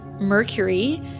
Mercury